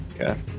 Okay